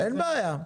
אין בעיה.